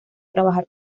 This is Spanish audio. trabajar